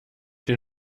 den